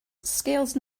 scales